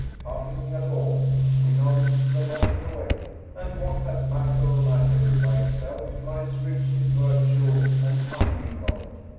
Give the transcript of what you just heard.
puffing at all, winnows the light away and what hath mass or matter by itself lies rich in virtue and unmingled.